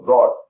God